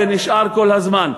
זה נשאר כל הזמן.